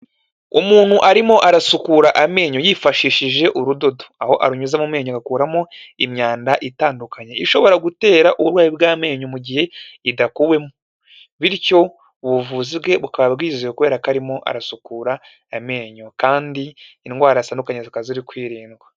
Umuntu arimo arasukura amenyo yifashishije urudodo, aho arunyuza mu menyo agakuramo imyanda itandukanye ishobora gutera uburwayi bw'amenyo mu gihe idakuwemo bityo ubuvuzi bwe bukaba bwizeye kubera ko arimo arasukura amenyo kandi indwara zitandukanye zika ziri kwirindwa.